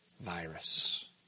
virus